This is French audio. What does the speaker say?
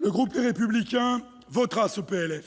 Le groupe Les Républicains votera ce projet de